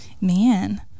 Man